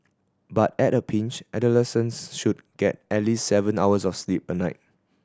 but at a pinch adolescents should get at least seven hours of sleep a night